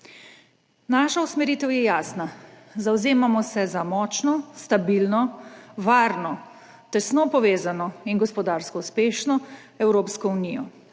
Naša usmeritev je jasna – zavzemamo se za močno, stabilno, varno, tesno povezano in gospodarsko uspešno Evropsko unijo,